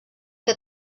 que